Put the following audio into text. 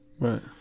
Right